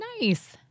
Nice